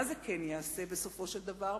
מה זה כן יעשה בסופו של דבר?